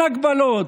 אין הגבלות.